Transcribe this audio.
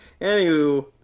Anywho